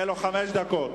יש לו חמש דקות.